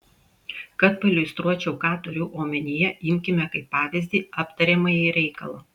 kad pailiustruočiau ką turiu omenyje imkime kaip pavyzdį aptariamąjį reikalą